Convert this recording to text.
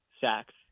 sacks